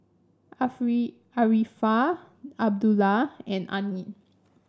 Arifa Abdullah and Ain